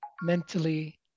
mentally